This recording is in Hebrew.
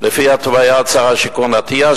לפי התוויית שר השיכון אטיאס,